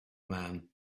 man